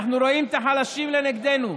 אנחנו רואים את החלשים לנגדנו.